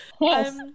Yes